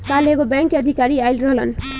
काल्ह एगो बैंक के अधिकारी आइल रहलन